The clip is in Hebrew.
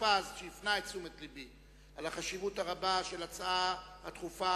והיא תועבר לוועדת החוקה,